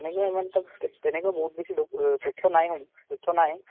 তেনেকুৱা ইমান বেছি তেনেকুৱা বহুত বেছি তথ্য নাই তথ্য নাই